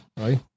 right